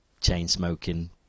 chain-smoking